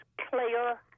clear